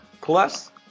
Plus